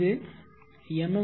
இது எம்